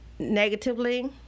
Negatively